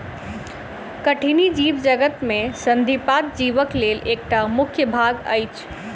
कठिनी जीवजगत में संधिपाद जीवक लेल एकटा मुख्य भाग अछि